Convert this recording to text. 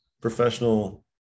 professional